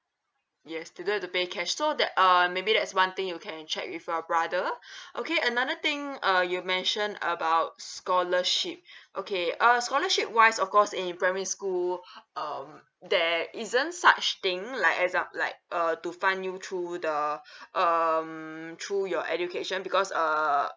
yes you don't have to pay cash so that uh maybe that's one thing you can check with your brother okay another thing uh you mention about scholarship okay uh scholarship wise of course in primary school um that isn't such thing like exam~ like uh to fund you through the um through your education because uh